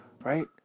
right